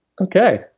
Okay